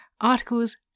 articles